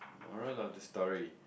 moral of the story